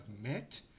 met